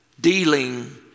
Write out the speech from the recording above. dealing